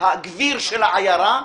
הגביר של העיירה,